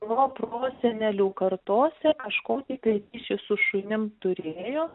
proprosenelių kartose kažkokį tai ryšį su šunim turėjo